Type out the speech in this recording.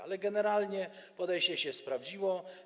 Ale generalnie podejście się sprawdziło.